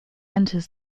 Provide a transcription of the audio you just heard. enters